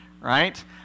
right